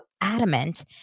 adamant